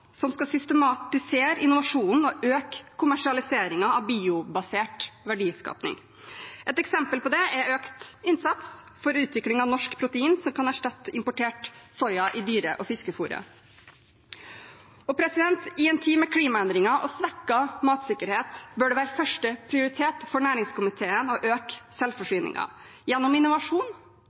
som skal systematisere innovasjonen og øke kommersialiseringen av biobasert verdiskaping. Et eksempel på det er økt innsats for utvikling av norsk protein som kan erstatte importert soya i dyre- og fiskefôret. I en tid med klimaendringer og svekket matsikkerhet bør det være første prioritet for næringskomiteen å øke selvforsyningen – gjennom innovasjon,